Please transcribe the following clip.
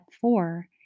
four